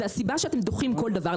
הסיבה שאתם דוחים כל דבר,